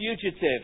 fugitive